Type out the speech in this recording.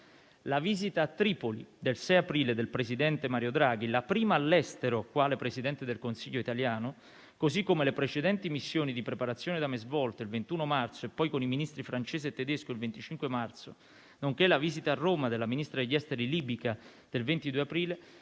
La visita a Tripoli del 6 aprile del presidente Mario Draghi (la prima all'estero quale Presidente del Consiglio italiano), così come le precedenti missioni di preparazione da me svolte il 21 marzo e, poi, con i Ministri francese e tedesco il 25 marzo, nonché la visita a Roma della Ministra degli esteri libica il 22 aprile